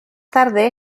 tarde